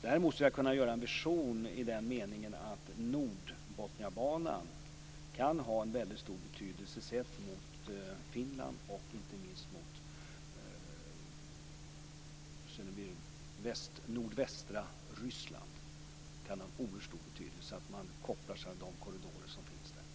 Däremot skulle jag kunna ge en vision i den meningen att Nordbotniabanan kan få en väldigt stor betydelse sett mot Finland och inte minst mot nordvästra Ryssland när det gäller att koppla samman de korridorer som finns där.